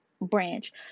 branch